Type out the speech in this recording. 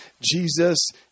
Jesus